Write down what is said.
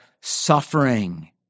suffering